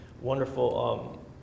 wonderful